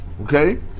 okay